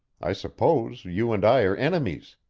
i suppose you and i are enemies!